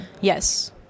yes